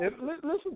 listen